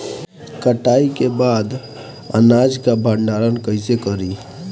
कटाई के बाद अनाज का भंडारण कईसे करीं?